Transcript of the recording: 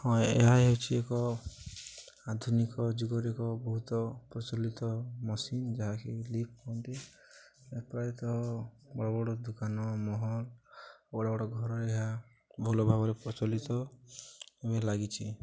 ହଁ ଏହା ହେଉଛି ଏକ ଆଧୁନିକ ଯୁଗରେ ଏକ ବହୁତ ପ୍ରଚଳିତ ମସିନ୍ ଯାହାକି ଲିଫ୍ଟ କୁହନ୍ତି ଏହା ପ୍ରାୟତଃ ବଡ଼ ବଡ଼ ଦୋକାନ ମହଲ ବଡ଼ ବଡ଼ ଘରରେ ଏହା ଭଲ ଭାବରେ ପ୍ରଚଲିତ ଭାବରେ ଲାଗିଛି